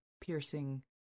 Piercing